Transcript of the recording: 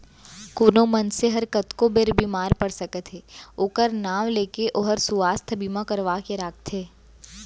कोनो मनसे हर कतको बेर बीमार पड़ सकत हे ओकर नांव ले के ओहर सुवास्थ बीमा करवा के राखथे